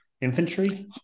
infantry